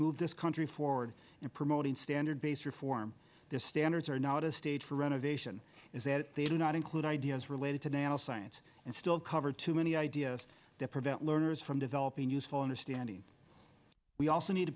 move this country forward and promoting standard base reform their standards are not a stage for renovation is a they do not include ideas related to national science and still cover too many ideas that prevent learners from developing useful understanding we also need to